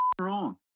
wrong